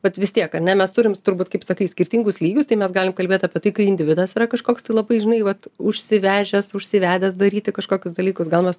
vat vis tiek ar ne mes turim turbūt kaip sakai skirtingus lygius tai mes galim kalbėt apie tai kai individas yra kažkoks labai žinai vat užsivežęs užsivedęs daryti kažkokius dalykus gal mes